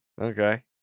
Okay